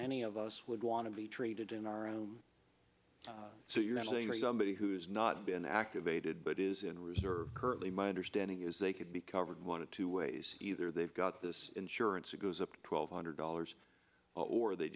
any of us would want to be treated in our own so you're saying that somebody who's not been activated but is in reserve currently my understanding is they could be covered one of two ways either they've got this insurance or goes up to twelve hundred dollars or they